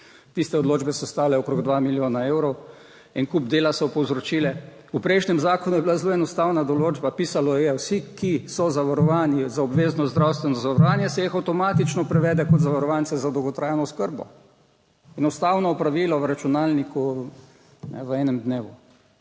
tiste odločbe so stale okrog dva milijona evrov. En kup dela so povzročile. V prejšnjem zakonu je bila zelo enostavna določba, pisalo je, vsi, ki so zavarovani za obvezno zdravstveno zavarovanje, se jih avtomatično prevede kot zavarovance za dolgotrajno oskrbo. Enostavno opravilo v računalniku v enem dnevu.